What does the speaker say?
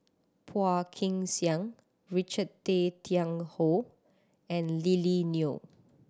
Phua Kin Siang Richard Tay Tian Hoe and Lily Neo